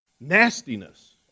nastiness